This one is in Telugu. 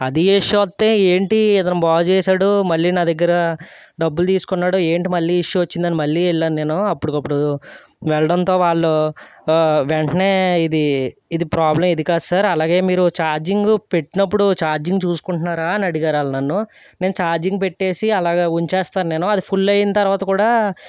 అదే ఇష్యూ వస్తే ఏంటి ఇతను బాగు చేసాడు మళ్ళీ నా దగ్గర డబ్బులు తీసుకున్నాడు ఏంటి మళ్ళీ ఇష్యూ వచ్చిందని మళ్ళీ వెళ్ళాను నేను అప్పటికి అప్పుడు వెళ్ళడంతో వాళ్ళు వెంటనే ఇది ఇది ప్రాబ్లం ఇది కాదు సార్ అలాగే మీరు చార్జింగు పెట్టినప్పుడు చార్జింగ్ చూసుకుంటున్నారా అని అడిగారు వాళ్ళు నన్ను నేను చార్జింగ్ పెట్టేసి అలాగే ఉంచేస్తాను నేను అది ఫుల్ అయిన తరువాత కూడా